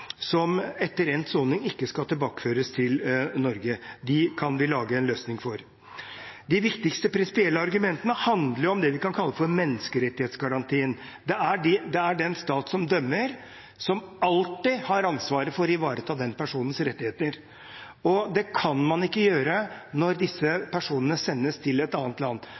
som etter endt soning ikke skal tilbakeføres til Norge. Dem kan vi lage en løsning for. De viktigste prinsipielle argumentene handler om det vi kan kalle menneskerettighetsgarantien. Det er den stat som dømmer, som alltid har ansvaret for å ivareta den dømte personens rettigheter. Det kan man ikke gjøre når disse personene sendes til et annet land.